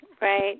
Right